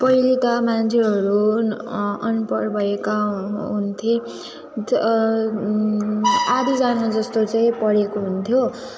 पहिलेका मान्छेहरू अनपढ भएका हुन्थ्ये आधीजना जस्तो चाहिँ पढेको हुन्थ्यो